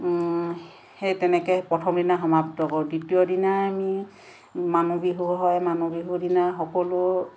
সেই তেনেকৈ প্ৰথম দিনা সমাপ্ত কৰোঁ দ্বিতীয় দিনা আমি মানুহ বিহু হয় মানুহ বিহু দিনা সকলো